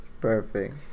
Perfect